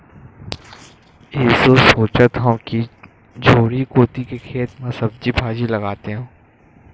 एसो सोचत हँव कि झोरी कोती के खेत म सब्जी भाजी लगातेंव